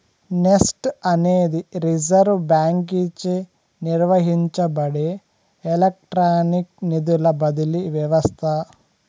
NEFT అనేది reserve బాంకీచే నిర్వహించబడే ఎలక్ట్రానిక్ నిధుల బదిలీ వ్యవస్త